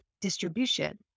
distribution